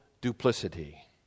duplicity